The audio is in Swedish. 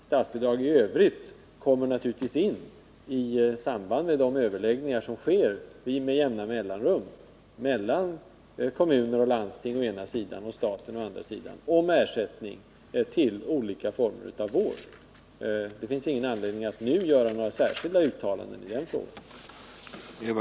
Statsbidragen i övrigt kommer naturligtvis in i samband med de överläggningar som med jämna mellanrum sker mellan kommuner och landsting å ena sidan och staten å andra sidan om ersättning till olika former av vård. Det finns ingen anledning att nu göra några särskilda uttalanden i denna fråga.